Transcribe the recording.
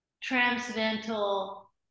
transcendental